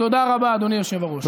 תודה רבה, אדוני היושב-ראש.